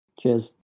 Cheers